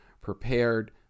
prepared